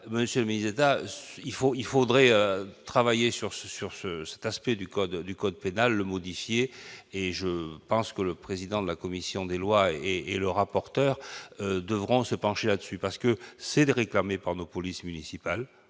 monsieur mise Aida il faut il faudrait travailler sur ce sur ce cet aspect du code du code pénal, le modifier et je pense que le président de la commission des lois et et le rapporteur devront se pencher là-dessus parce que c'est des réclamée par nos polices municipales,